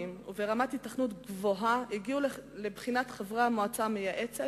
וברמת היתכנות גבוהה הגיעו לבחינת חברי המועצה המייעצת,